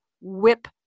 whip